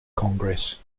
congress